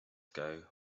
ago